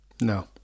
No